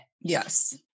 Yes